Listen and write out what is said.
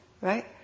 right